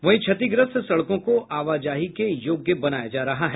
वहीं क्षतिग्रस्त सड़कों को आवाजाही के योग्य बनाया जा रहा है